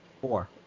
Four